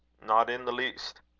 not in the least.